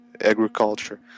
agriculture